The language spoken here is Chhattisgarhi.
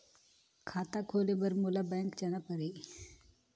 खाता खोले बर मोला बैंक जाना परही?